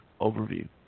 overview